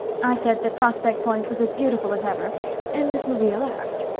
i said that prospect point was as beautiful as ever and miss maria laughed.